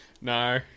No